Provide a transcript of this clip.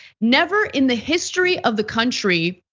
never in the history of the country,